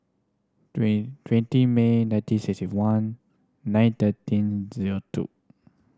twenty twenty May nineteen sixty one nine thirteen zero two